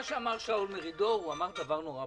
שאול מרידור אמר דבר מאוד פשוט.